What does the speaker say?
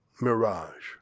mirage